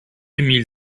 emile